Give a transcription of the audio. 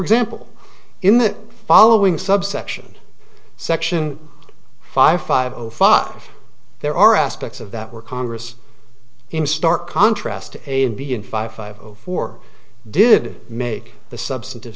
example in the following subsection section five five zero five there are aspects of that were congress in stark contrast to a and b in five five zero four did make the substantive